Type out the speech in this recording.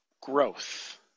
growth